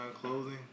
clothing